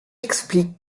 explique